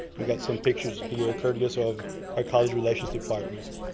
and got some pictures here courteous of our college relations department.